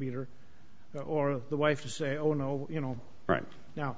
peter or the wife to say oh no you know right now